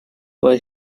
why